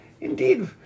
Indeed